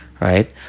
right